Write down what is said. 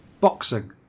Boxing